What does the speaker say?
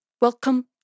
Welcome